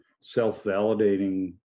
self-validating